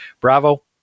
Bravo